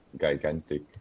gigantic